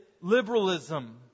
liberalism